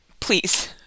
please